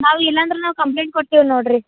ನಾವು ಇಲ್ಲ ಅಂದ್ರೆ ನಾವು ಕಂಪ್ಲೇಂಟ್ ಕೊಡ್ತಿವಿ ನೋಡಿರಿ